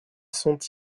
sont